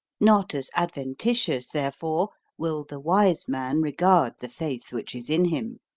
not as adventitious therefore will the wise man regard the faith which is in him.